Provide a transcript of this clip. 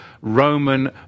Roman